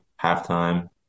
halftime